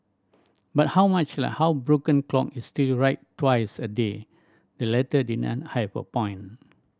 but how much like how broken clock is still right twice a day the letter didn't have a point